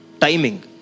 Timing